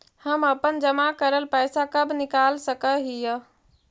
हम अपन जमा करल पैसा कब निकाल सक हिय?